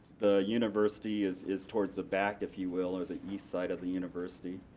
the university is is towards the back, if you will, or the east side of the university,